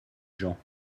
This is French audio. gens